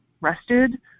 rested